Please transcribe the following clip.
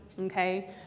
okay